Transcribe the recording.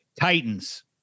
Titans